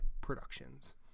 productions